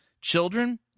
children